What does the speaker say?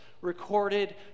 recorded